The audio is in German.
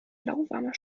lauwarmer